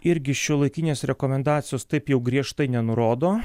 irgi šiuolaikinės rekomendacijos taip jau griežtai nenurodo